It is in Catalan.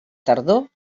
tardor